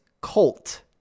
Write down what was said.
Colt